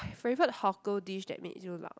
my favourite hawker dish that makes you lao~